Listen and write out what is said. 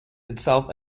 itself